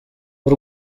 w’u